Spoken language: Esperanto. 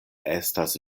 estas